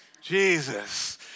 Jesus